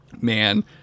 man